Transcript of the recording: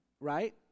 right